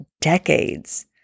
decades